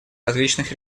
различных